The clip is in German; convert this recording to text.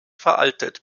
veraltet